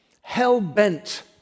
hell-bent